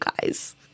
guys